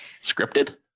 scripted